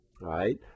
right